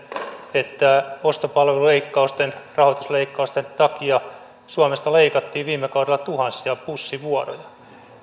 että ostopalveluleikkausten rahoitusleikkausten takia suomesta leikattiin viime kaudella tuhansia bussivuoroja